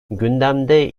gündemde